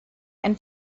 and